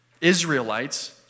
Israelites